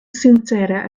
sincera